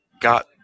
Got